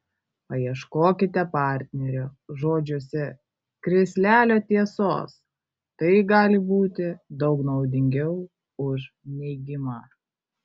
paieškokite partnerio žodžiuose krislelio tiesos tai gali būti daug naudingiau už neigimą